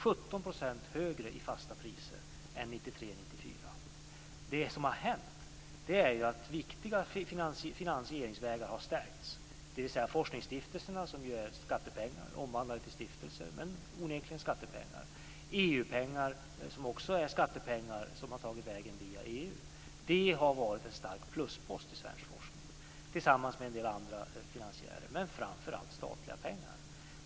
1998 Det som har hänt är att viktiga finansieringsvägar har stärkts, dvs. forskningsstiftelserna som ju är skattepengar omvandlade till stiftelser men onekligen skattepengar, EU-pengar som också skattepengar som har tagit vägen via EU. Det har varit en stark pluspost i svensk forskning tillsammans med en del andra finansiärer, men framför allt statliga pengar.